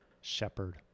shepherd